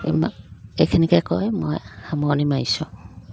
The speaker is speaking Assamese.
ইমান এইখিনিকে কয় মই সামৰণি মাৰিছোঁ